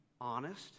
honest